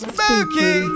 Spooky